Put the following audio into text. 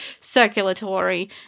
circulatory